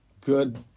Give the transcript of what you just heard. good